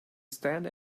stand